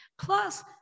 Plus